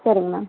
சரிங்க மேம்